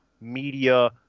media